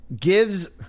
gives